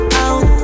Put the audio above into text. out